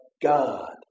God